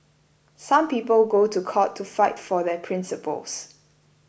some people go to court to fight for their principles